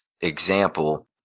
example